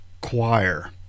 Choir